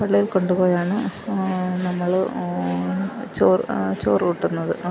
പള്ളിയിൽ കൊണ്ട് പോയാണ് നമ്മള് ചോറ് ചോറൂട്ടുന്നത്